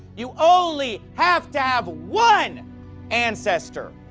you only have to have one ancestor,